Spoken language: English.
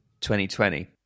2020